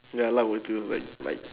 ya lah what to do but like